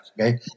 Okay